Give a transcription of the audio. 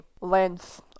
length